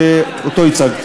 שאותו הצגתי.